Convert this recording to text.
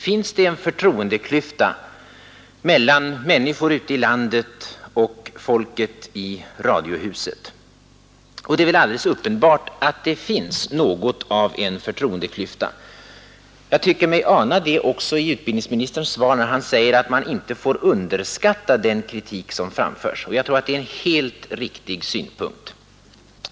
Finns det en förtroendeklyfta mellan människorna ute i landet och folket i Radiohuset? Det är väl alldeles uppenbart att det finns något av en förtroendeklyfta. Jag tycker mig ana det också i utbildningsministerns interpellationssvar när han säger att man inte får underskatta den kritik som framförs. Jag tror att det är en helt riktig synpunkt.